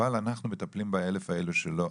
אבל אנחנו מטפלים ב-1,000 האלה שלא.